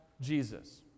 Jesus